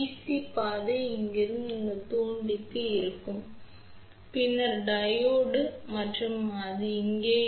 க்கான பாதை இங்கிருந்து இந்த தூண்டிக்கு இருக்கும் பின்னர் டையோடு மற்றும் அது இங்கேயே இருக்கும்